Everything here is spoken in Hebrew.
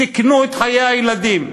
סיכנו את חיי הילדים.